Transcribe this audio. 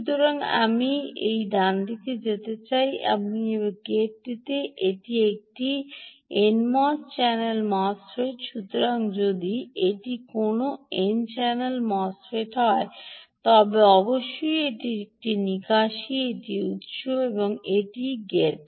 সুতরাং আমি এই ডানদিকে যেতে চাই এবং আমি গেটটি এটি একটি এনএমওএস এন চ্যানেল মোসফেট সুতরাং যদি এটি কোনও এন চ্যানেল মোসফেট হয় তবে অবশ্যই এটি নিকাশী এটিই উত্স এবং এটিই গেট